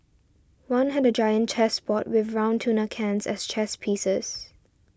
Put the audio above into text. one had a giant chess board with round tuna cans as chess pieces